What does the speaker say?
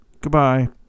goodbye